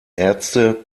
ärzte